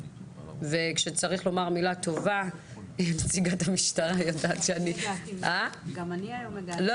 כשצריך לומר מילה טובה -- גם אני הגעתי היום -- לא